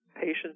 patients